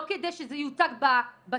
לא כדי שזה יוצג בתקשורת,